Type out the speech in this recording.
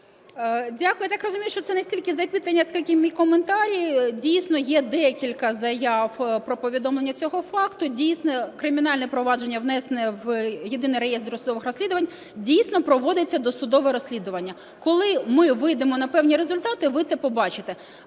Дякую. Я так розумію, що це не стільки запитання, скільки мій коментар. Дійсно, є декілька заяв про повідомлення цього факту. Дійсно, кримінальне провадження внесено в Єдиний реєстр досудових розслідувань. Дійсно, проводиться досудове розслідування. Коли ми вийдемо на певні результати, ви це побачите.